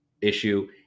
issue